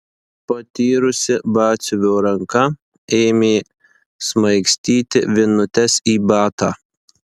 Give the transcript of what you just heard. patyrusi batsiuvio ranka ėmė smaigstyti vinutes į batą